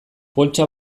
poltsa